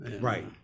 Right